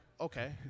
okay